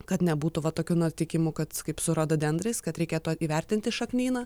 kad nebūtų vat tokių na teikimų kad kaip su rododendrais kad reikėtų įvertinti šaknyną